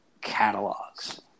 catalogs